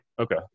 Okay